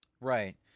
Right